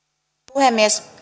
puhemies